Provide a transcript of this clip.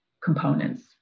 components